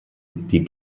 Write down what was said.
die